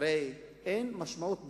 הרי אין משמעות,